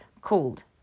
called